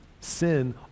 Sin